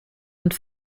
und